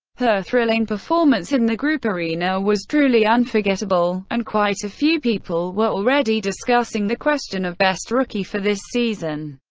her thrilling performance in the group arena was truly unforgettable, and quite a few people were already discussing the question of best rookie for this season.